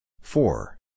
Four